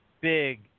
big